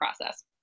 process